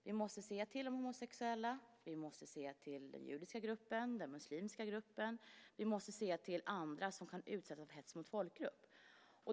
Vi måste se till de homosexuella, vi måste se till den judiska gruppen och den muslimska gruppen och vi måste se till andra som kan utsättas för hets mot folkgrupp.